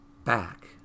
back